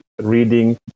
reading